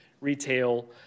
retail